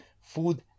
food